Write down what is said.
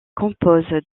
compose